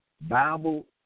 Bible